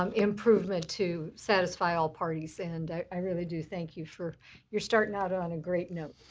um improvement to satisfy all parties, and i really do thank you for you're starting out on a great note.